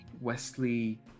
Wesley